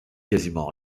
quasiment